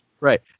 right